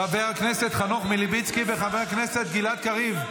חבר הכנסת חנוך מלביצקי וחבר הכנסת גלעד קריב.